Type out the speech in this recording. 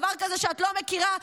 דבר כזה שאת לא מכירה,